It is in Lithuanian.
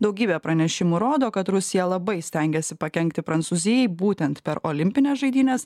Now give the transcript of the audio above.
daugybė pranešimų rodo kad rusija labai stengiasi pakenkti prancūzijai būtent per olimpines žaidynes